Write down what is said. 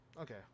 Okay